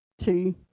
two